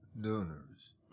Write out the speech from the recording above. donors